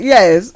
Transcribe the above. Yes